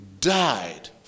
died